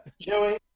Joey